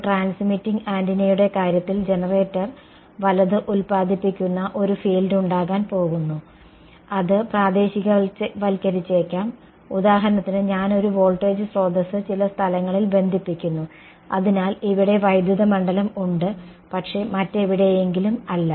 ഒരു ട്രാൻസ്മിറ്റിംഗ് ആന്റിനയുടെ കാര്യത്തിൽ ജനറേറ്റർ വലത് ഉൽപ്പാദിപ്പിക്കുന്ന ഒരു ഫീൽഡ് ഉണ്ടാകാൻ പോകുന്നു അത് പ്രാദേശികവൽക്കരിച്ചേക്കാം ഉദാഹരണത്തിന് ഞാൻ ഒരു വോൾട്ടേജ് സ്രോതസ്സ് ചില സ്ഥലങ്ങളിൽ ബന്ധിപ്പിക്കുന്നു അതിനാൽ ഇവിടെ വൈദ്യുത മണ്ഡലം ഉണ്ട് പക്ഷേ മറ്റെവിടെയെങ്കിലും അല്ല